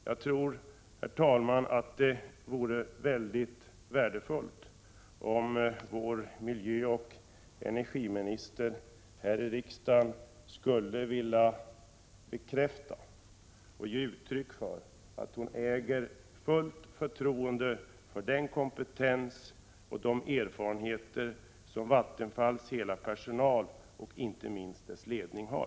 Jag tror, herr talman, att det vore mycket värdefullt om vår miljöoch energiminister här i riksdagen skulle vilja bekräfta och ge uttryck för att hon har fullt förtroende för den kompetens och de erfarenheter som Vattenfalls hela personal och inte minst dess ledning har.